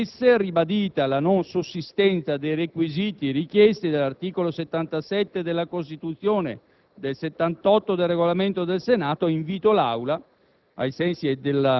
Con queste premesse, ribadita la non sussistenza dei requisiti richiesti dall'articolo 77 della Costituzione, nonché dall'articolo 78 del Regolamento del Senato, invito l'Aula,